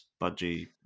Budgie